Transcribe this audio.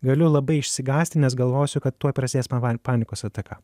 galiu labai išsigąsti nes galvosiu kad tuoj prasidės man panikos ataka